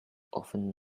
often